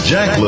Jack